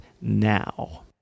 now